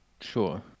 sure